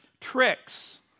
tricks